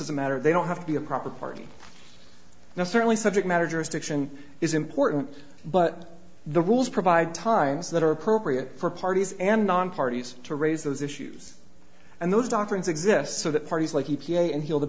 the matter they don't have to be a proper party now certainly subject matter jurisdiction is important but the rules provide times that are appropriate for parties and non parties to raise those issues and those doctrines exist so that parties like e p a and heal the